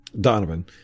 Donovan